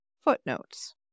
footnotes